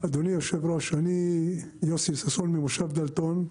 אדוני היו"ר, אני יוסי ששון ממושב דלתון,